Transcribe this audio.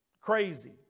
crazy